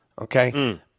okay